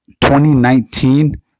2019